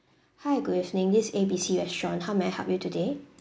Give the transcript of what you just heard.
hi good evening this is A B C restaurant how may I help you today